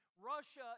Russia